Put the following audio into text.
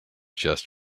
just